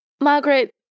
Margaret